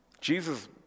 Jesus